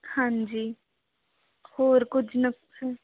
ਹਾਂਜੀ ਹੋਰ ਕੁਛ ਨੁਸਖੇ